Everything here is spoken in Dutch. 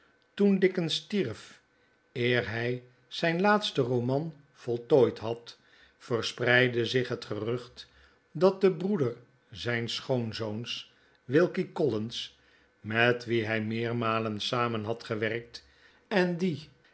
toen dickens stierf eer hy zijn laatsten roman voltooid had verspreidde zich het gerucht dat de breeder zps schoonzoons wilkie collins met wien hjj meermalen samen had gewerkt en die